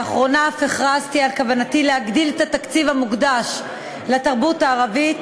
לאחרונה אף הכרזתי על כוונתי להגדיל את התקציב המוקדש לתרבות הערבית,